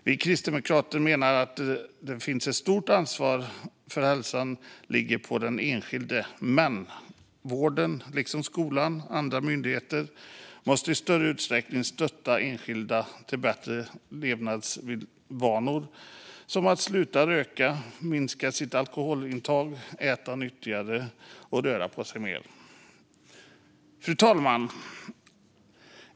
Vi kristdemokrater menar att ett stort ansvar för hälsan ligger på den enskilde, men vården, liksom skolan och andra myndigheter, måste i större utsträckning stötta enskilda till bättre levnadsvanor som att sluta röka, minska sitt alkoholintag, äta nyttigare och röra på sig mer. Fru talman!